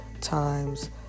times